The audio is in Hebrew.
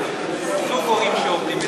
זה שוב הורים שעובדים.